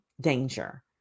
danger